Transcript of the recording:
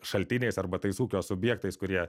šaltiniais arba tais ūkio subjektais kurie